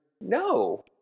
no